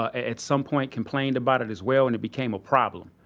at some point complained about it as well. and it became a problem.